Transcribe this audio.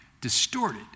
distorted